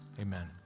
Amen